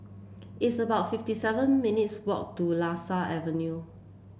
it's about fifty seven minutes' walk to Lasia Avenue